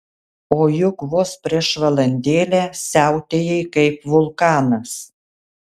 o juk vos prieš valandėlę siautėjai kaip vulkanas